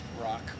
rock